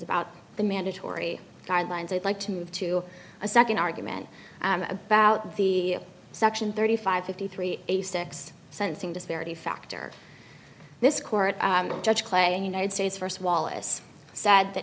about the mandatory guidelines i'd like to move to a second argument about the section thirty five fifty three eighty six sensing disparity factor this court judge clay united states first wallace sa